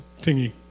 thingy